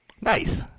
Nice